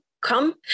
come